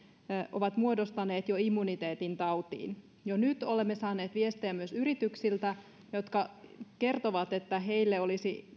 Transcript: ovat jo muodostaneet immuniteetin tautiin jo nyt olemme saaneet viestejä myös yrityksiltä jotka kertovat että myös heille olisi